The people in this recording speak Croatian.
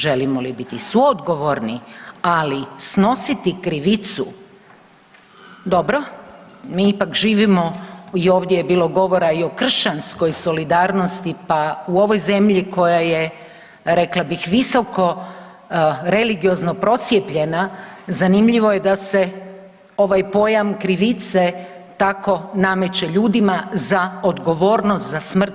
Želimo li biti suodgovorni, ali snositi krivicu – dobro, mi ipak živimo i ovdje je bilo govora i o kršćanskoj solidarnosti, pa u ovoj zemlji koja je rekla bih visoko religiozno procijepljena zanimljivo je da se ovaj pojam krivice tako nameće ljudima za odgovornost za smrt.